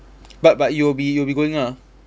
but but you'll be you'll be going ah